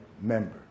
member